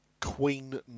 Queen